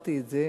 והזכרתי את זה.